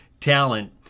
talent